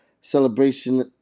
Celebration